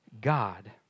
God